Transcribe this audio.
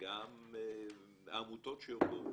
וגם העמותות שעובדות